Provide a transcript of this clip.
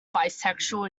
bisexual